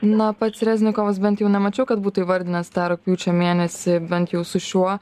na pats reznikovas bent jau nemačiau kad būtų įvardinęs tą rugpjūčio mėnesį bent jau su šiuo